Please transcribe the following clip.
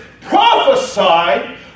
prophesied